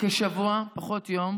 כשבוע פחות יום,